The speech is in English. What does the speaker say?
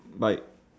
bye